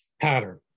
pattern